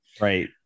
Right